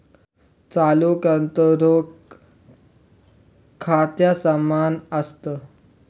चालू खातं, रोख खात्या समान असत